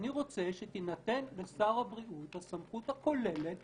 אני רוצה שתינתן לשר הבריאות הסמכות הכוללת